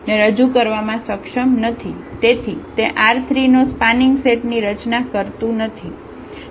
તેથી તે R3 નો સ્પાનિંગ સેટ ની રચના કરતુ નથી